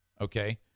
Okay